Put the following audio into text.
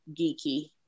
geeky